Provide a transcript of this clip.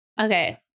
okay